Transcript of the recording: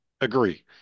Agree